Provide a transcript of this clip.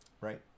Right